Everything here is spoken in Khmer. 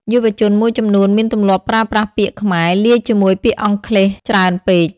យុវជនមួយចំនួនមានទម្លាប់ប្រើប្រាស់ពាក្យខ្មែរលាយជាមួយពាក្យអង់គ្លេសច្រើនពេក។